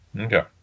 Okay